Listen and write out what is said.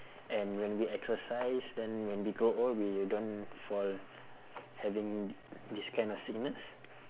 and when we exercise then when we grow old we don't fall having this kind of sickness